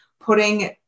putting